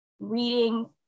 reading